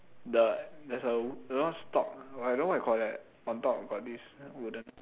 the there's a you know stalk I don't know what you call that on top got this wooden